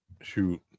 Shoot